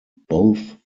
both